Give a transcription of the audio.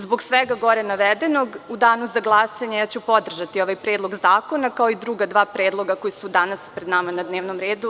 Zbog svega gore navedenog, u Danu za glasanje ja ću podržati ovaj predlog zakona, kao i druga dva predloga koji su danas pred nama na dnevnom redu.